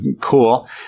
cool